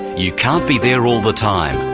you can't be there all the time.